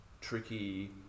tricky